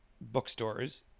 bookstores